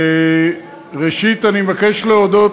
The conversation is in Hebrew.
ראשית, אני מבקש להודות